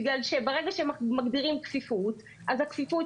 בגלל שברגע שמגדירים כפיפות אז הכפיפות